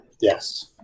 Yes